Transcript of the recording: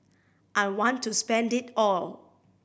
I want to spend it all